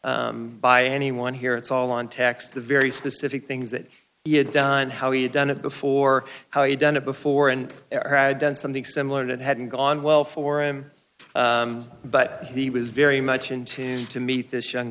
said by anyone here it's all on tax the very specific things that he had done how he had done it before how he done it before and had done something similar and it hadn't gone well for him but he was very much in tune to meet this young